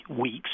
weeks